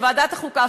לוועדת החוקה,